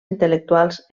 intel·lectuals